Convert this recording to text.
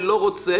לא 20,